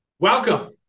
Welcome